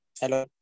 Hello